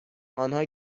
آنها